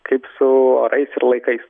kaip su orais ir laikais